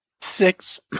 Six